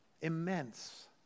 Immense